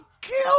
kill